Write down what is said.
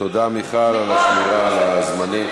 תודה, מיכל, על השמירה על הזמנים.